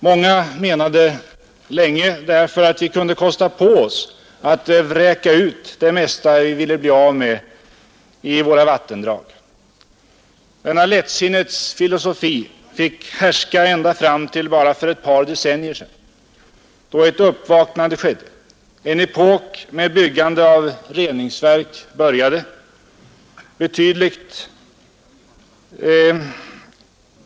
Många menade länge att vi kunde kosta på oss att vräka ut det mesta vi ville bli av med i våra vattendrag. Denna lättsinnets filosofi fick härska ända fram till bara för ett par decennier sedan, då ett uppvaknande skedde. En epok med byggande av reningsverk började.